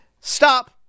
Stop